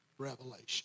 revelation